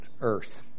earth